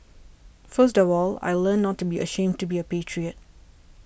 first of all I learnt not to be ashamed to be a patriot